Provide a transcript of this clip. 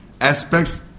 aspects